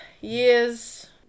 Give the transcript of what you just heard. years